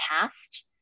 past